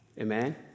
Amen